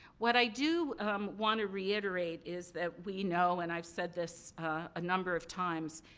what i do want to reiterate is that we know, and i've said this a number of times,